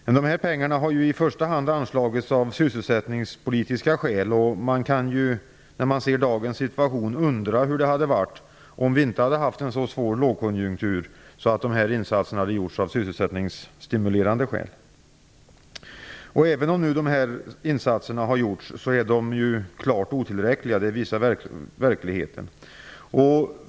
Dessa pengar har ju i första hand anslagits av sysselsättningspolitiska skäl. När man ser dagens situation kan man ju undra hur det hade varit om vi inte haft en så svår lågkonjunktur att dessa insatser gjorts av sysselsättningsstimulerande skäl. Även om dessa insatser har gjorts är de klart otillräckliga. Det visar verkligheten.